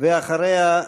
אחריה,